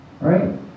right